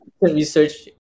research